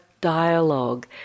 dialogue